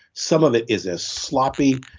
some of it is as sloppy,